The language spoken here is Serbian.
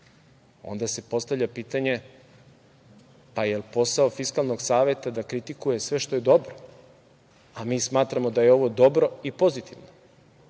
Onda se postavlja pitanje – pa je li posao Fiskalnog saveta da kritikuje sve što je dobro? A mi smatramo da je ovo dobro i pozitivno,